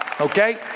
Okay